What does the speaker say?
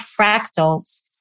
fractals